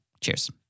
Cheers